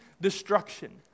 destruction